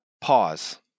Pause